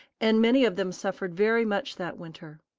and many of them suffered very much that winter.